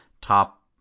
top